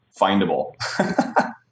findable